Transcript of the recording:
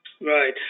Right